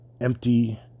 empty